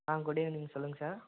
ஆ good evening சொல்லுங்கள் sir